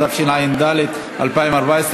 התשע"ד 2013,